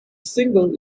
single